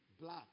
blood